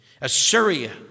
Assyria